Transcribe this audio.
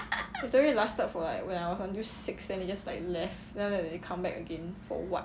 it's already lasted for like when I was until six then they just like left then after that they come back again for what